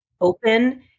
open